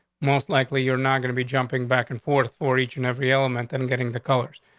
most likely you're not gonna be jumping back and forth for each and every element and getting the colors.